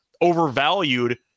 overvalued